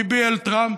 ביבי אל טראמפ,